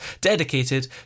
dedicated